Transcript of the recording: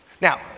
Now